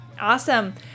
Awesome